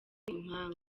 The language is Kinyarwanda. impanga